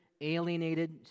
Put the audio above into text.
alienated